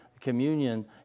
communion